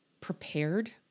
prepared